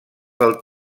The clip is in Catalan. del